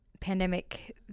pandemic